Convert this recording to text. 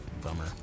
Bummer